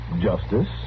justice